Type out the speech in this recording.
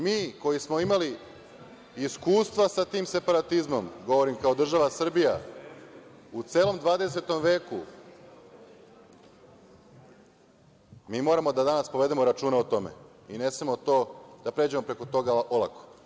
Mi koji smo imali iskustva sa tim separatizmom, govorim kao država Srbija, u celom 20. veku, mi moramo da danas povedemo računa o tome, i ne smemo da pređemo preko toga olako.